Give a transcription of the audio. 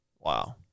Wow